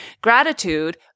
Gratitude